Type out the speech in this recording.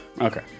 Okay